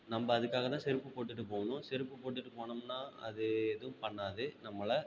நம்ம அதுக்காக தான் செருப்பு போட்டுட்டு போகணும் செருப்பு போட்டுட்டு போனோம்னால் அது எதுவும் பண்ணாது நம்மளை